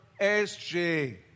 SJ